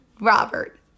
Robert